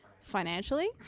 financially